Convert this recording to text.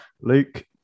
Luke